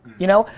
you know?